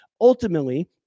ultimately